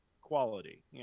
quality